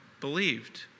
believed